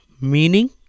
meaning